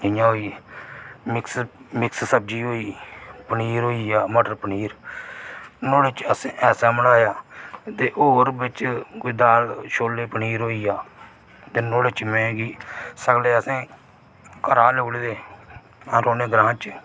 इयां होई मिश्र सब्जी होई गेई पनीर होई गेआ मटर पनीर नुआढ़े च ऐसा बनाया दे और बिच कोई दाल शोले पनीर होई गया ते नुआढ़े च में कि सगले आसें घरा गै लेी गेदे है अस रौंहने ग्रां च